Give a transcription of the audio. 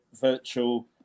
virtual